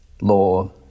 law